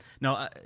No